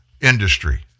industry